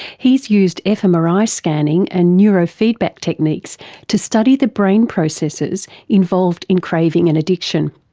he's used fmri scanning and neurofeedback techniques to study the brain processes involved in craving and addiction.